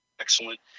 excellent